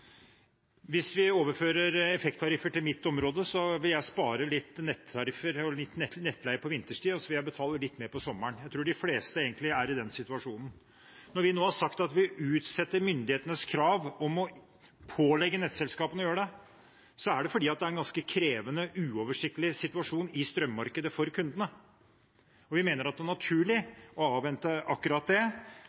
Hvis vi overfører effekttariffer til mitt område, vil jeg spare litt nettleie på vinterstid, og så vil jeg betale litt mer på sommeren. Jeg tror de fleste egentlig er i den situasjonen. Når vi nå har sagt at vi utsetter myndighetenes krav om å pålegge nettselskapene å gjøre det, er det fordi det er en ganske krevende, uoversiktlig situasjon i strømmarkedet for kundene. Vi mener det er naturlig å avvente akkurat det,